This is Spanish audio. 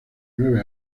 nueve